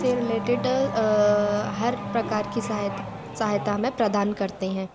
से रिलेटेड हर प्रकार की सहायता सहायता हमें प्रदान करते हैं